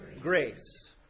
grace